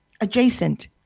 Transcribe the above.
adjacent